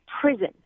prison